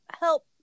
help